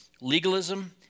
legalism